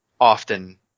often